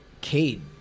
Cade